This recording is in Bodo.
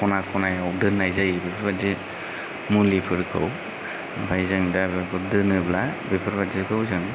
खना खनायाव दोननाय जायो बेफोरबादि मुलिफोरखौ ओमफ्राय जों दा बेखौ दोनोब्ला बेफोरबादिखौ जों